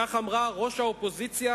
כך אמרה ראש האופוזיציה,